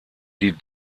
die